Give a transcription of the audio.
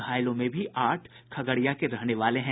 घायलों में भी आठ खगड़िया के रहने वाले हैं